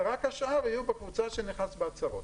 ורק השאר יהיו בקבוצה שנכנסת בהצהרות.